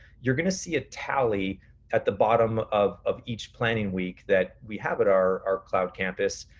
you're gonna see a tally at the bottom of of each planning week that we have at our cloud campus,